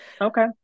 Okay